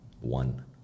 one